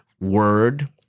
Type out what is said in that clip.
word